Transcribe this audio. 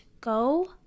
go